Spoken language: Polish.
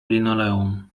linoleum